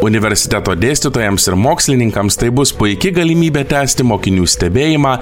universiteto dėstytojams ir mokslininkams tai bus puiki galimybė tęsti mokinių stebėjimą